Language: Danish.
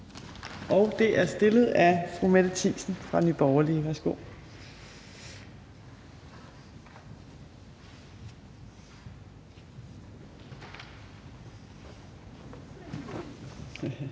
og det er stillet af fru Mette Thiesen fra Nye Borgerlige. Kl.